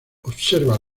observa